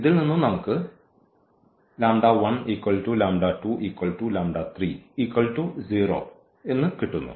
ഇതിൽ നിന്നും നമുക്ക് കിട്ടുന്നു